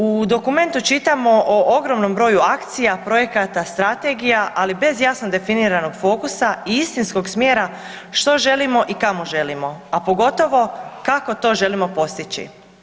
U dokumentu čitamo o ogromnom broju akcija, projekata, strategija, ali bez jasno definiranog fokusa i istinskog smjera što želimo i kamo želimo, a pogotovo kako to želimo postići.